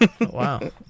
Wow